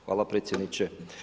Hvala predsjedniče.